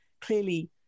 clearly